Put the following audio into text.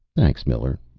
thanks, miller.